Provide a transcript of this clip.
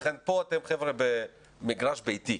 לכן פה אתם, חבר'ה, במגרש ביתי,